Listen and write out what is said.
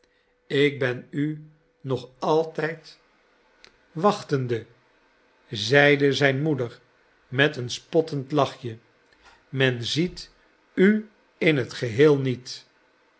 ik ben u nog altijd wachtende zeide zijn moeder met een spottend lachje men ziet u in t geheel niet